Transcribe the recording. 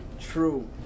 True